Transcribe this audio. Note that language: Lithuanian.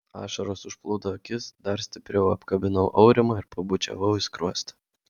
ašaros užplūdo akis dar stipriau apkabinau aurimą ir pabučiavau į skruostą